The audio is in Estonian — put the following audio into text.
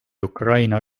ukraina